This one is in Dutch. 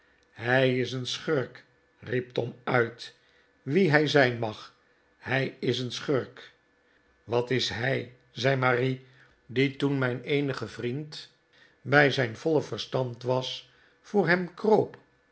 hij is een schurk riep tom uit wie hij zijn mag hij is een schurk wat is hij zei marie die r toen mijn eenige vriend bij zijn voile verstand was voor hem kroop